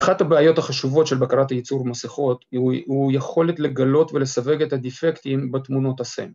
‫אחת הבעיות החשובות ‫של בקרת הייצור מסכות ‫היא הוא יכולת לגלות ולסווג ‫את הדיפקטים בתמונות הסן.